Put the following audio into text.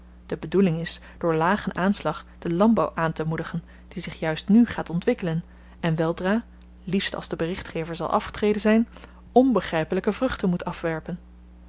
de bedoeling is door lagen aanslag den landbouw aantemoedigen die zich juist nu gaat ontwikkelen en weldra liefst als de berichtgever zal afgetreden zyn onbegrypelyke vruchten moet afwerpen